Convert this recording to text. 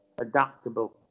adaptable